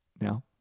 now